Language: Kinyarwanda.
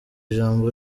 jambo